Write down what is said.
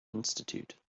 institute